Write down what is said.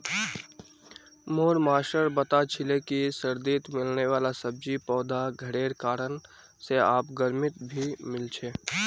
मोर मास्टर बता छीले कि सर्दित मिलने वाला सब्जि पौधा घरेर कारण से आब गर्मित भी मिल छे